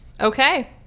Okay